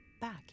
back